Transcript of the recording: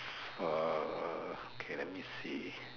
err okay let me see